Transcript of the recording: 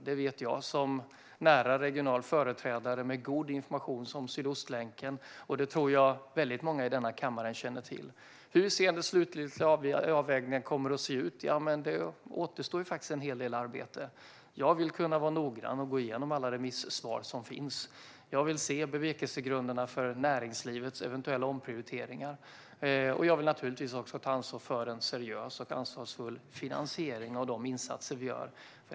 Det vet jag som nära regional företrädare med god information om Sydostlänken, och det tror jag att många i denna kammare känner till. När det gäller hur den slutliga avvägningen kommer att se ut återstår det en hel del arbete. Jag vill kunna vara noggrann och gå igenom alla remissvar. Jag vill se bevekelsegrunderna för näringslivets eventuella omprioriteringar. Jag vill naturligtvis också ta ansvar för en seriös och ansvarsfull finansiering av de insatser vi gör.